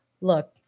Look